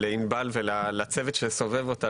לעינבל והצוות שסובב אותה,